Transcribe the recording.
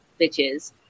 bitches